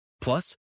Plus